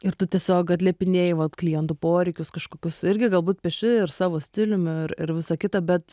ir tu tiesiog atliepinėji va klientų poreikius kažkokius irgi galbūt pieši ir savo stilium ir ir visa kita bet